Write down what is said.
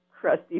crusty